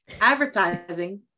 advertising